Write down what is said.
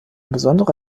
besondere